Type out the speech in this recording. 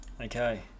okay